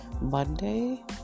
Monday